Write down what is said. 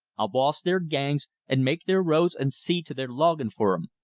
i'll boss their gangs and make their roads and see to their logging for em,